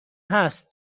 هست